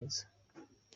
neza